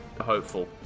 hopeful